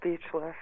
speechless